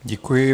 Děkuji.